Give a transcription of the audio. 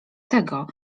tego